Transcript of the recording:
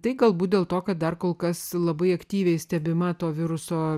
tai galbūt dėl to kad dar kol kas labai aktyviai stebima to viruso